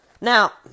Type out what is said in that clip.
Now